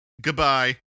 Goodbye